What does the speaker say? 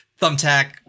thumbtack